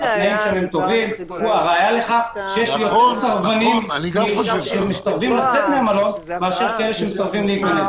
יש יותר אנשים שמסרבים לצאת מהמלון מאשר להיכנס.